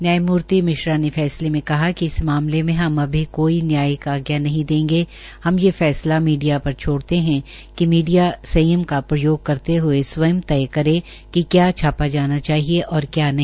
न्यायमूर्ति मिश्रा ने फैसले में कहा कि इस मामले मे हम कोई न्यायिक आजा नहीं देंगे हम ये फैसला मीडिया पर छोड़ते है कि मीडिया सयंम का प्रयोग करते हये स्वयं तय करे कि क्या छापा जाना चाहिए क्या नहीं